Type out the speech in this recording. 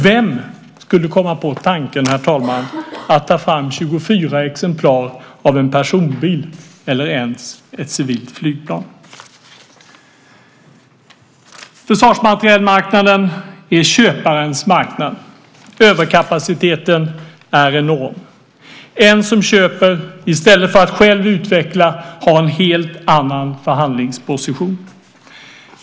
Vem skulle komma på tanken, herr talman, att ta fram 24 exemplar av en personbil eller ens ett civilt flygplan? Försvarsmaterielmarknaden är köparens marknad. Överkapaciteten är enorm. En som köper i stället för att själv utveckla har en helt annan förhandlingsposition.